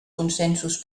consensos